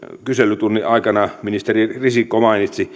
kyselytunnin aikana ministeri risikko mainitsi